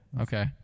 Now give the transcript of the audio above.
Okay